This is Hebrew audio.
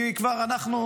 כי ברוך השם,